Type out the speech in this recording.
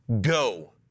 go